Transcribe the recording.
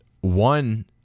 one